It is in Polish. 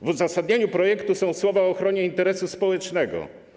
W uzasadnieniu projektu są słowa o ochronie interesu społecznego.